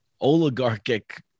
oligarchic